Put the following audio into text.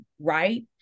right